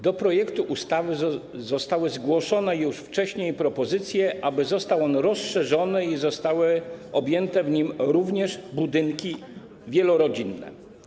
Do projektu ustawy zostały zgłoszone już wcześniej propozycje, aby został on rozszerzony i aby zostały objęte tym również budynki wielorodzinne.